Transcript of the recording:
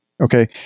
Okay